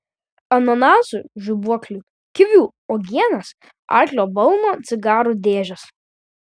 ananasų žibuoklių kivių uogienės arklio balno cigarų dėžės